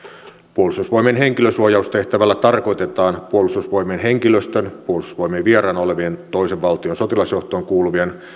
puolustusvoimien henkilösuojaustehtävällä tarkoitetaan puolustusvoimien henkilöstön puolustusvoimien vieraana olevien toisen valtion sotilasjohtoon kuuluvien